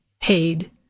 paid